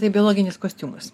tai biologinis kostiumas